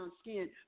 skin